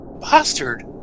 bastard